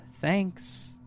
thanks